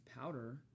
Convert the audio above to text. powder